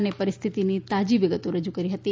અને પરિસ્થિતીની તાજી વિગતો રજૂ કરી હતી